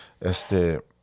Este